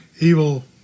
evil